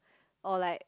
or like